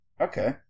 Okay